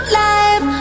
life